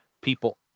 people